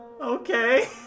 Okay